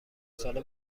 ساله